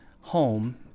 home